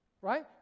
Right